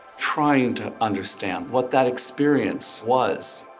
trying to understand what that experience was.